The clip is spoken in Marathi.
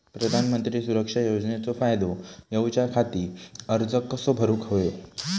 प्रधानमंत्री सुरक्षा योजनेचो फायदो घेऊच्या खाती अर्ज कसो भरुक होयो?